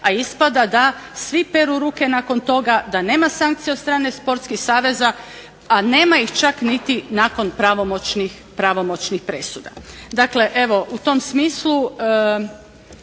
A ispada da svi peru ruke nakon toga, da nema sankcija od strane sportskih saveza, a nema ih čak niti nakon pravomoćnih presuda. Dakle, evo u tom smislu